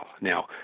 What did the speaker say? Now